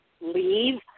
leave